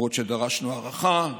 למרות שדרשנו הארכה,